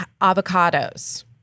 avocados